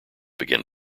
began